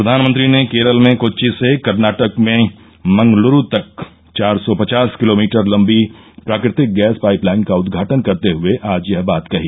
प्रधानमंत्री ने केरल में कोच्चि से कर्नाटक में मंगलुरु तक चार सौ पचास किलोमीटर लंबी प्राकृतिक गैस पाइपलाइन का उदघाटन करते हए आज यह बात कही